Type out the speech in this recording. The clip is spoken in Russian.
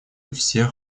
всех